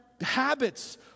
habits